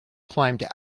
climbed